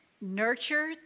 Nurture